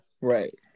Right